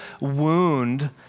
wound